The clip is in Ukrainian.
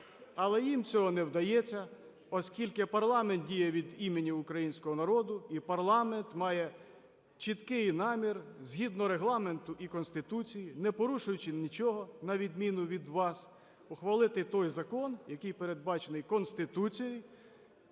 Але їм це не вдається, оскільки парламент діє від імені українського народу і парламент має чіткий намір згідно Регламенту і Конституції, не порушуючи нічого, на відміну від вас, ухвалити той закон, який передбачений Конституцією,